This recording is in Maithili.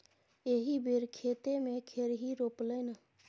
एहि बेर खेते मे खेरही रोपलनि